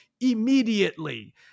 immediately